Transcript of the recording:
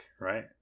right